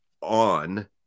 on